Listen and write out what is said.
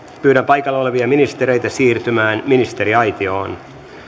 pyydän paikalla olevia ministereitä siirtymään ministeriaitioon